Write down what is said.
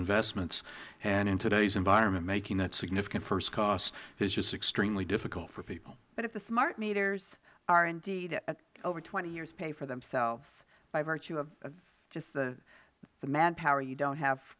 investments and in today's environment making that significant first cost is just extremely difficult for people ms speier but if the smart meters indeed over twenty years pay for themselves by virtue of just the manpower you don't have